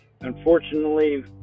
Unfortunately